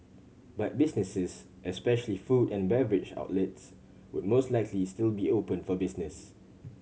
but businesses especially food and beverage outlets would most likely still be open for business